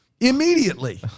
Immediately